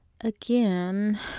again